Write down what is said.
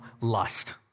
lust